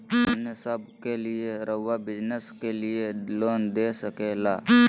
हमने सब के लिए रहुआ बिजनेस के लिए लोन दे सके ला?